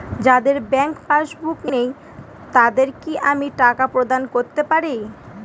যাদের bank passbook নেই তাদের কি আমি টাকা প্রদান করতে পারি?